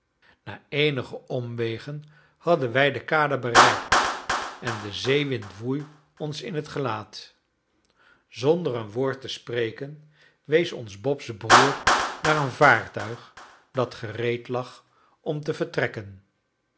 na eenige omwegen hadden wij de kade bereikt en de zeewind woei ons in het gelaat zonder een woord te spreken wees ons bobs broer naar een vaartuig dat gereed lag om te vertrekken